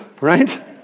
right